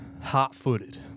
hot-footed